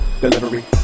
delivery